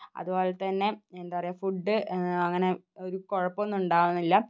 അതുപോലെത്തന്നെ എന്താ പറയുക ഫുഡ് അങ്ങനെ ഒരു കുഴപ്പമൊന്നും ഉണ്ടാവുന്നില്ല